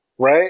Right